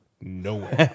No